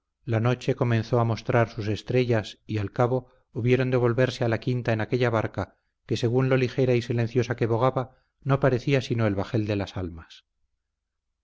la noche comenzó a mostrar sus estrellas y al cabo hubieron de volverse a la quinta en aquella barca que según lo ligera y silenciosa que bogaba no parecía sino el bajel de las almas